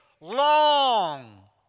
long